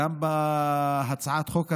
גם בהצעת החוק הזאת,